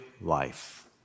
life